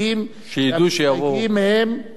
דוד אזולאי,